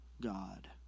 God